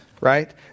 right